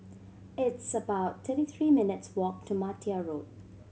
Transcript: it's about thirty three minutes' walk to Martia Road